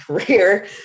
career